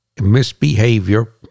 misbehavior